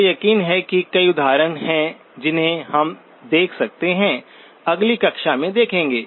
मुझे यकीन है कि कई उदाहरण हैं जिन्हें हम देख सकते हैं अगली कक्षा में देखेंगे